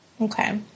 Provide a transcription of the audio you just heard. Okay